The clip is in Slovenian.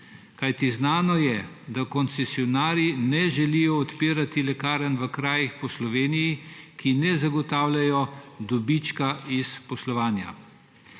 kajti znano je, da koncesionarji ne želijo odpirati lekarn v krajih po Sloveniji, ki ne zagotavljajo dobička iz poslovanja.